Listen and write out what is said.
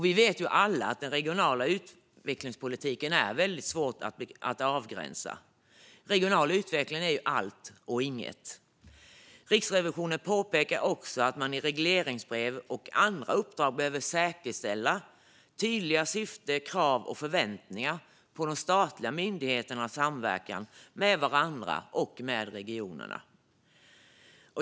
Vi vet alla att den regionala utvecklingspolitiken är svår att avgränsa. Regional utveckling är allt och inget. Riksrevisionen påpekar också att man i regleringsbrev och andra uppdrag behöver säkerställa tydliga syften, krav och förväntningar på de statliga myndigheternas samverkan med varandra och med regionerna.